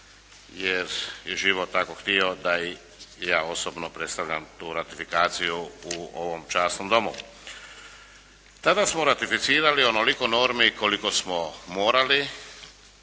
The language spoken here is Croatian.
jer je život tako htio da i ja osobno predstavljam tu ratifikaciju u ovom časnom domu. Tada smo ratificirali onoliko normi koliko smo morali